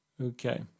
Okay